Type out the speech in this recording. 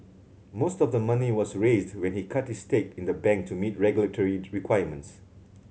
most of the money was raised when he cut his stake in the bank to meet regulatory requirements